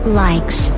likes